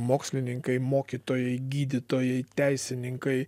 mokslininkai mokytojai gydytojai teisininkai